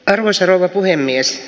arvoisa rouva puhemies